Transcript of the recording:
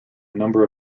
number